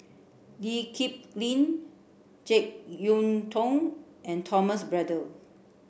Lee Kip Lin Jek Yeun Thong and Thomas Braddell